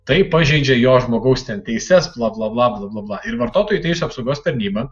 tai pažeidžia jo žmogaus teises bla bla bla ir vartotojų teisių apsaugos tarnyba